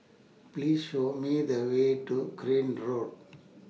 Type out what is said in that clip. Please Show Me The Way to Crane Road